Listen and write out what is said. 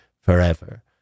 forever